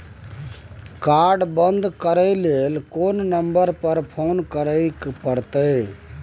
Card बन्द करे ल कोन नंबर पर फोन करे परतै?